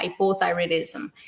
hypothyroidism